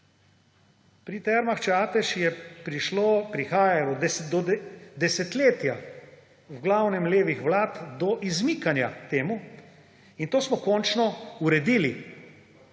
Pri Termah Čatež je prihajalo desetletja – v glavnem levih vlad – do izmikanja temu in to smo končno uredili